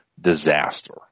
disaster